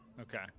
Okay